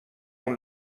اون